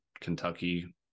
Kentucky